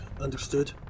Understood